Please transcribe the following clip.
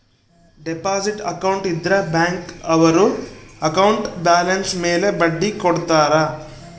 deposit account ಇದ್ರ bank ಅವ್ರು account balance ಮೇಲೆ ಬಡ್ಡಿ ಕೊಡ್ತಾರ